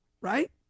Right